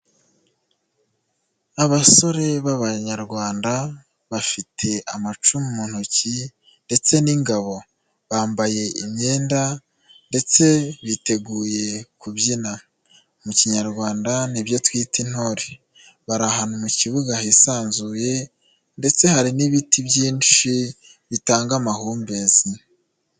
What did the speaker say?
Abasore b'abanyarwanda bafite amacumu mu ntoki ndetse n'ingabo bambaye imyenda ndetse biteguye kubyina mu kinyarwanda nibyo twita intore, bari ahantu mu kibuga hisanzuye ndetse hari n'ibiti byinshi bitanga amahumbezi.